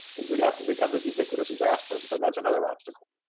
we'd have to become as ubiquitous as aspirin. so that's another obstacle.